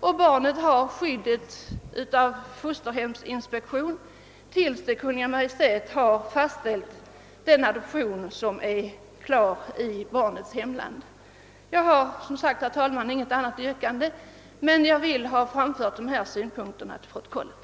och åtnjuter skydd av fosterhemsinspektionen tills Kungl. Maj:t har fastställt den adoption som är klar i barnets hemland, före barnets ankomst till Sverige. Jag har som sagt, herr talman, inget annat yrkande än utskottets, men jag har velat framföra dessa synpunkter till protokollet.